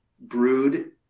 brewed